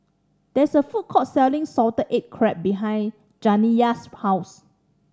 there is a food court selling salted egg crab behind Janiya's house